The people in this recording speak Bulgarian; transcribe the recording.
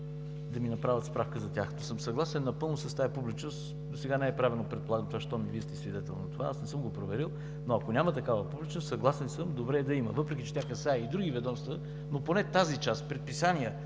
да ми направят справка за тях. Но съм съгласен напълно с тази публичност. Досега не е правено това, предполагам щом и Вие сте свидетел на това. Аз не съм го проверил, но, ако няма такава публичност, съгласен съм, добре е да има, въпреки, че тя касае и други ведомства, но поне тази част – предписания